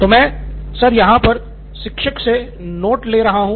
तो सर मैं यहाँ शिक्षक तो नोट कर लूँ